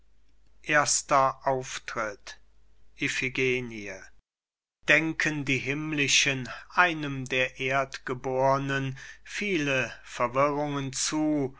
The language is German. erster auftritt iphigenie denken die himmlischen einem der erdgebornen viele verwirrungen zu